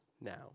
now